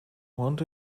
want